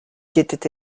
guettait